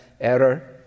error